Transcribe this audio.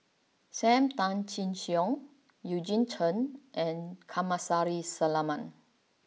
Sam Tan Chin Siong Eugene Chen and Kamsari Salam